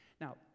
Now